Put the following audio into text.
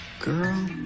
Girl